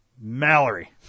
Mallory